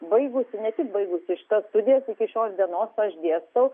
baigusi ne tik baigusi šitas studijas iki šios dienos aš dėstau